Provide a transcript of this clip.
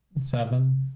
seven